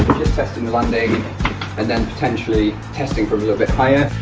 testing the landing and then potentially testing from a little bit higher.